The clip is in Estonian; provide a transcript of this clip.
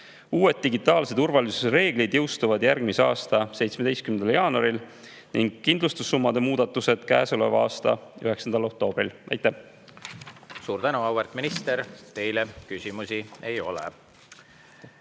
Uued digitaalse turvalisuse reeglid jõustuvad järgmise aasta 17. jaanuaril ning kindlustussummade muudatused käesoleva aasta 9. oktoobril. Aitäh! Suur tänu, auväärt minister! Teile küsimusi ei ole.